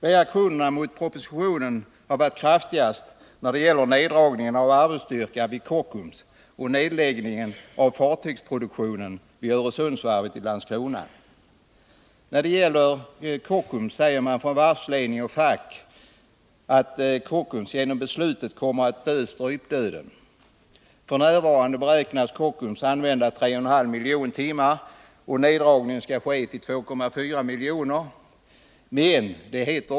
Reaktionerna mot propositionen har varit kraftigast när det gäller neddragningen av arbetsstyrkan vid Kockums och nedläggningen av fartygsproduktionen vid Öresundsvarvet i Landskrona. När det gäller Kockums säger man från varvsledning och fack att Kockums genom beslutet kommer att dö strypdöden. F. n. beräknas Kockums använda 3,5 miljoner timmar, och neddragningen skall göras till 2,4 miljoner timmar.